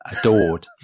adored